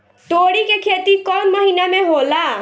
तोड़ी के खेती कउन महीना में होला?